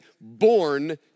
born